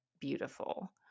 beautiful